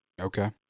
Okay